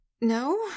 No